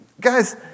Guys